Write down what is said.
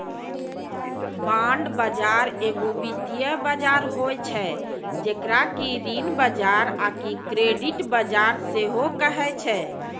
bond बजार एगो वित्तीय बजार होय छै जेकरा कि ऋण बजार आकि क्रेडिट बजार सेहो कहै छै